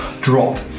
drop